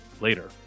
later